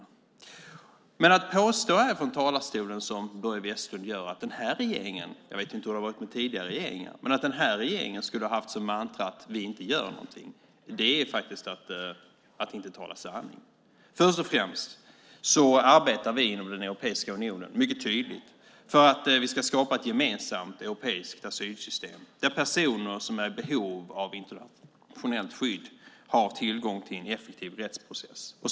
Att, som Börje Vestlund gör från talarstolen, påstå att den här regeringen - jag vet inte hur det har varit med tidigare regeringar - har haft som mantra att inte göra något är att inte tala sanning. Vi arbetar inom Europeiska unionen mycket tydligt för att skapa ett gemensamt europeiskt asylsystem där personer som är i behov av internationellt skydd har tillgång till en effektiv rättsprocess.